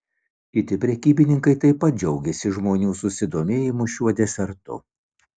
kiti prekybininkai taip pat džiaugėsi žmonių susidomėjimu šiuo desertu